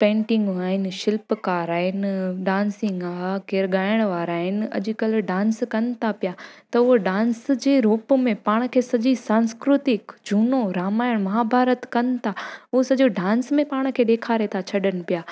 पैंटिंगूं आहिनि शिल्पकार आहिनि डांसिंग आहे केरु गाइण वारा आहिनि अॼुकल्ह डांस कनि था पिया त उहा डांस जे रूप में पाण खे सॼी सांस्कृतिक झूनो रामायण महाभारत कनि था उहो सॼो डांस में पाण खे ॾेखारे था छॾनि पिया